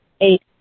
eight